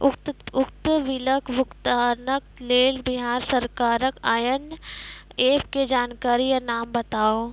उक्त बिलक भुगतानक लेल बिहार सरकारक आअन्य एप के जानकारी या नाम बताऊ?